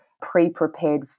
pre-prepared